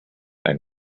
and